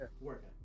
work